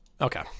okay